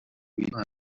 witwara